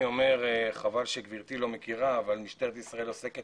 חבל שגברתי לא מכירה, אבל משטרת ישראל עוסקת